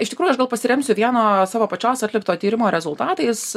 iš tikrųjų žinau pasiremsiu vieno savo pačios atlikto tyrimo rezultatais